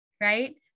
right